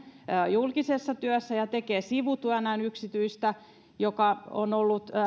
julkisessa työssä ja tekee sivutyönään yksityistä mikä on ollut